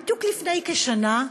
בדיוק לפני כשנה,